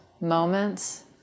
moments